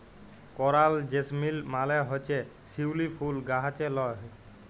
করাল জেসমিল মালে হছে শিউলি ফুল গাহাছে হ্যয়